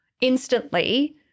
instantly